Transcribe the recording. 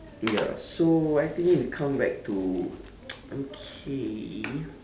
ya so why didn't he come back to okay